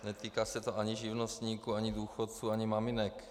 Netýká se to ani živnostníků ani důchodců ani maminek.